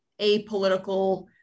apolitical